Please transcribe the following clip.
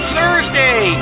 Thursday